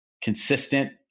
consistent